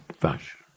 fashion